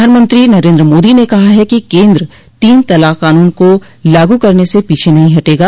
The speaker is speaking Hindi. प्रधानमंत्री नरेन्द्र मोदी ने कहा है कि केन्द्र तीन तलाक कानून को लागू करने से पीछे नहीं हटेगा